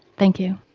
thank you.